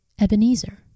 Ebenezer